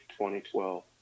2012